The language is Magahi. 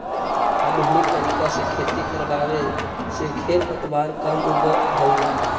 आधुनिक तरीका से खेती करवावे से खेर पतवार कम उगह हई